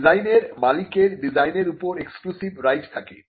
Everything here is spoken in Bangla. ডিজাইনের মালিকের ডিজাইনের উপর এক্সক্লুসিভ রাইট থাকে